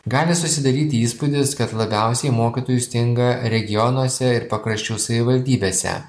gali susidaryti įspūdis kad labiausiai mokytojų stinga regionuose ir pakraščių savivaldybėse